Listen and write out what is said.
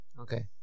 Okay